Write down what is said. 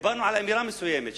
דיברנו על אמירה מסוימת,